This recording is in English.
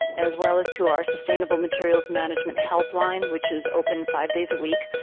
as well as to our sustainable materials management helpline, which is open five days a week.